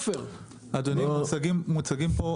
אדוני, מוצגים כאן